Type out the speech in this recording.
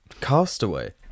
Castaway